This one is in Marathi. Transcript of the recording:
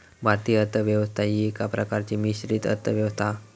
भारतीय अर्थ व्यवस्था ही एका प्रकारची मिश्रित अर्थ व्यवस्था हा